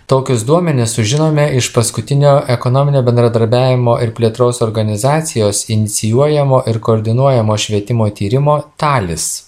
tokius duomenis sužinome iš paskutinio ekonominio bendradarbiavimo ir plėtros organizacijos inicijuojamo ir koordinuojamo švietimo tyrimo talis